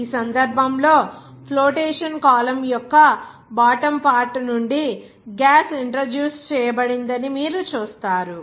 ఈ సందర్భంలో flotation column యొక్క బాటమ్ పార్ట్ నుండి గ్యాస్ ఇంట్రడ్యూస్ చేయబడిందని మీరు చూస్తారు